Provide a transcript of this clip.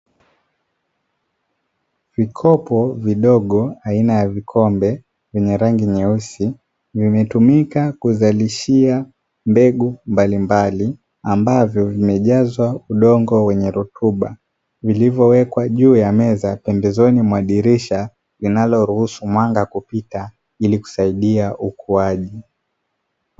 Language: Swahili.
Vikopo vidogo aina ya vikombe vyenye rangi nyeusi vimetumika kuzalishia mbegu mbalimbali, ambavyo vimejazwa udongo wenye rutuba vilivyowekwa juu ya meza pembezoni mwa dirisha linalo ruhusu mwanga kupita ili kusaidia ukuaji.